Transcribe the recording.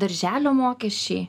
darželio mokesčiai